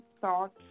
thoughts